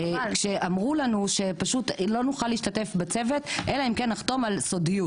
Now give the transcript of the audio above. כשאמרו לנו שפשוט לא נוכל להשתתף בצוות אלא אם כן נחתום על סודיות.